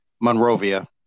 Monrovia